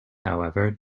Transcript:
however